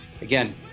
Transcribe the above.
Again